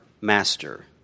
master